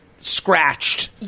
scratched